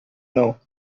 não